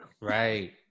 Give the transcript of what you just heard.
Right